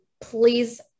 please